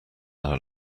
our